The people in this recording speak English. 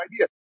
idea